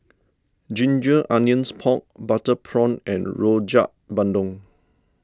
Ginger Onions Pork Butter Prawn and Rojak Bandung